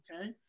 okay